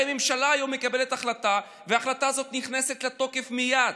הרי הממשלה היום מקבלת החלטה וההחלטה הזאת נכנסת לתוקף מייד.